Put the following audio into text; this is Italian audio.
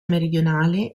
meridionale